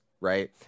right